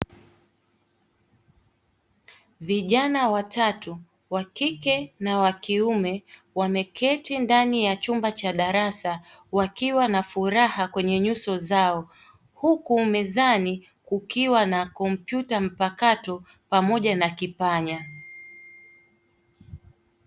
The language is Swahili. Vijana watatu wa kike na wa kiume wameketi ndani ya chumba cha darasa wakiwa na furaha kwenye nyuso zao, huku mezani kukiwa na kompyuta mpakato pamoja na kipanya.